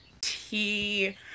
tea